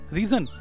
reason